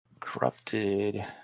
Corrupted